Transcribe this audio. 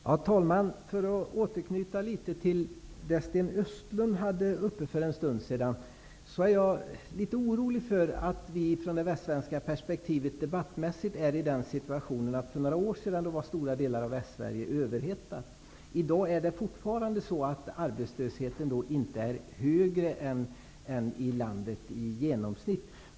Herr talman! För att återknyta litet till det som Sten Östlund tog upp för en stund sedan, är jag litet orolig för att vi från Västsverige debattmässigt är i den situationen att stora delar av Västsverige för några år sedan var överhettade. I dag är det fortfarande så att arbetslösheten inte är högre än i landet i genomsnitt.